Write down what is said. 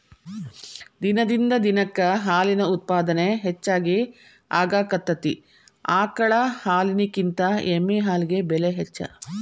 ದಿನದಿಂದ ದಿನಕ್ಕ ಹಾಲಿನ ಉತ್ಪಾದನೆ ಹೆಚಗಿ ಆಗಾಕತ್ತತಿ ಆಕಳ ಹಾಲಿನಕಿಂತ ಎಮ್ಮಿ ಹಾಲಿಗೆ ಬೆಲೆ ಹೆಚ್ಚ